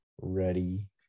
ready